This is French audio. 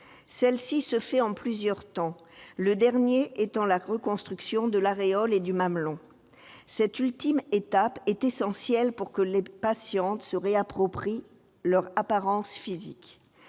Celle-ci se fait en plusieurs temps, le dernier étant la reconstruction de l'aréole et du mamelon. Cette ultime étape est essentielle pour que les patientes se réapproprient leur apparence physique.